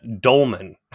Dolman